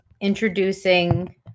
introducing